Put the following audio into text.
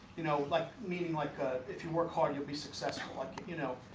you know like meaning like ah if you work hard you'll be success like you know